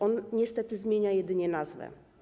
On niestety zmienia jedynie nazwę.